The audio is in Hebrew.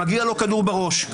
מגיע לו כדור בראש.